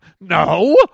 No